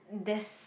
there's